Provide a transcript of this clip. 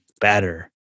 better